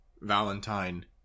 Valentine